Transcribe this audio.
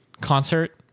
concert